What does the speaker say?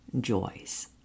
joys